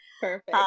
Perfect